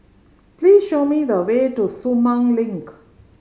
please show me the way to Sumang Link